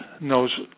knows